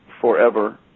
forever